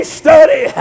study